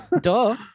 duh